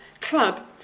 club